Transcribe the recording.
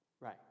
Right